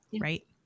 right